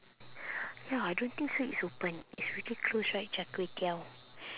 ya I don't think so it's open it's already close right char kway teow